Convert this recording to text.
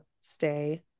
stay